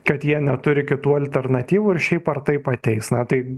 kad jie neturi kitų alternatyvų ir šiaip ar taip ateis na tai